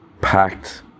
packed